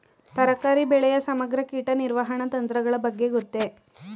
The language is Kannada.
ತರಕಾರಿ ಬೆಳೆಯ ಸಮಗ್ರ ಕೀಟ ನಿರ್ವಹಣಾ ತಂತ್ರಗಳ ಬಗ್ಗೆ ಗೊತ್ತೇ?